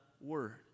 word